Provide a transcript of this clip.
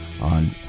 on